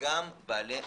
וגם בעלי מוגבלויות.